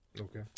Okay